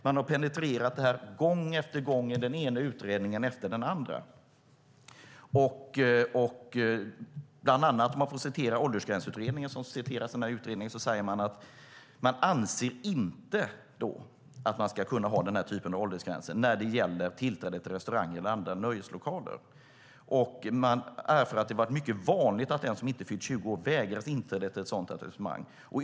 Man har penetrerat det gång på gång i den ena utredningen efter den andra. Åldersgränsutredningen citeras i den här utredningen, och där säger man att man inte anser att man ska kunna ha den här typen av åldersgränser när det gäller tillträde till restauranger eller andra nöjeslokaler. Man erfar att det har varit mycket vanligt att den som inte fyllt 20 år vägras inträde efter ett sådant resonemang.